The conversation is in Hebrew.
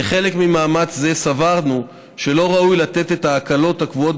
כחלק ממאמץ זה סברנו שלא ראוי לתת את ההקלות הקבועות